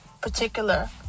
particular